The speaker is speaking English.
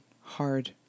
hard